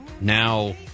now